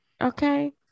Okay